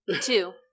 two